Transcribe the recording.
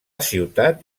ciutat